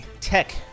tech